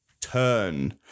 turn